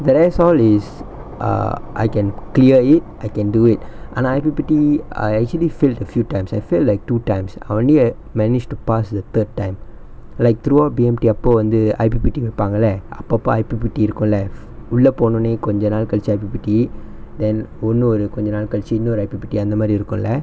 the rest all is err I can clear it I can do it ஆனா:aanaa I_P_P_T I actually failed a few times I fail like two times I only ha~ managed to pass the third time like throughout B_M_T அப்போ வந்து:appo vanthu I_P_P_T வைப்பாங்கள்ள அப்பப்போ:vaipaangalla appappo I_P_P_T இருக்குல:irukkula உள்ள போனோனே கொஞ்ச நாள் கழிச்சு:ulla pononae konja naal kalichu I_P_P_T then ஒன்னு ஒரு கொஞ்ச நாள் கழிச்சு இன்னொரு:onnu oru konja naal kalichu innoru I_P_P_T அந்தமாரி இருக்குல:anthamaari irukkula